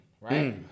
right